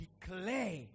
declare